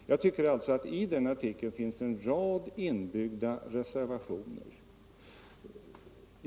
Jag tycker alltså att det i den artikeln finns en rad inbyggda reservationer.